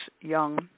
young